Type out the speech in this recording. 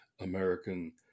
American